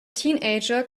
teenager